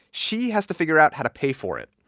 she has to figure out how to pay for it.